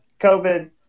COVID